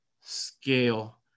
scale